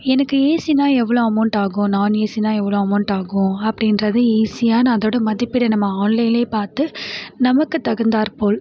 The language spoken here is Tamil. எனக்கு ஏசினால் எவ்வளோ அமௌன்ட்டாகும் நாண்ஏசினால் எவ்வளோ அமௌன்ட்டாகும் அப்படின்றது ஈஸியாக நான் அதோடய மதிப்பீடை நம்ம ஆன்லைன்லே பார்த்து நமக்கு தகுந்தார் போல்